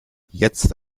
jetzt